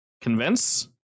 Convince